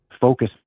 focus